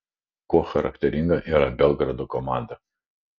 kuo charakteringa yra belgrado komanda